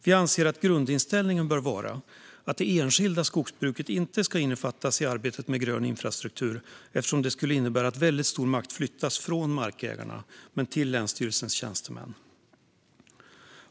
Vi anser att grundinställningen bör vara att det enskilda skogsbruket inte ska innefattas i arbetet med grön infrastruktur eftersom det skulle innebära att mycket makt flyttas från markägarna till länsstyrelsernas tjänstemän.